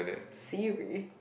Siri